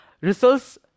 results